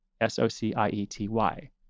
S-O-C-I-E-T-Y